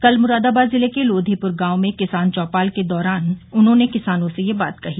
कल मुरादाबाद जिले के लोधीपुर गांव में किसान चौपाल के दौरान उन्होंने किसानों से यह बात कही